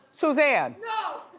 suzanne. no!